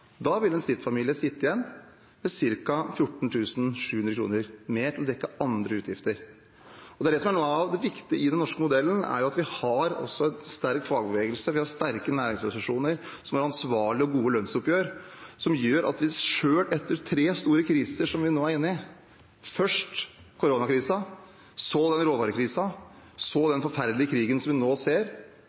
da regnestykket? Da vil en snittfamilie sitte igjen med ca. 14 700 kr mer til å dekke andre utgifter. Noe av det viktige i den norske modellen er at vi også har en sterk fagbevegelse, og vi har sterke næringsorganisasjoner som har ansvarlige og gode lønnsoppgjør. Det gjør at vi selv etter tre store kriser, som vi nå er inne i – først koronakrisen, så råvarekrisen, så den forferdelige krigen vi nå ser